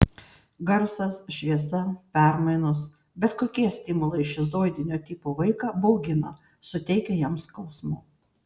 garsas šviesa permainos bet kokie stimulai šizoidinio tipo vaiką baugina suteikia jam skausmo